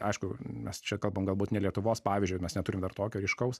aišku mes čia kalbam galbūt ne lietuvos pavyzdžiu ir mes neturim dar tokio ryškaus